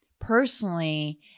personally